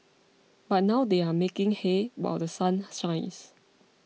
but now they are making hay while The Sun shines